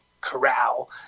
corral